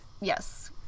yes